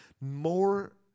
More